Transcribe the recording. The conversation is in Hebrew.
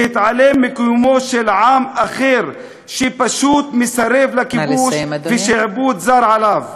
להתעלם מקיומו של עם אחר שפשוט מסרב לכיבוש ולשעבוד זר עליו?